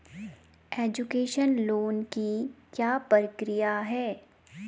Education loan की क्या प्रक्रिया है?